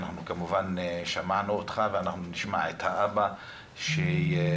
אנחנו כמובן שמענו אותך ונשמע את אבא של נטע,